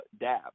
dab